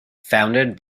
founded